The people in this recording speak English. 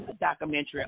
documentary